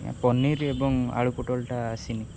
ପନିର୍ ଏବଂ ଆଳୁ ପୋଟଳଟା ଆସିନି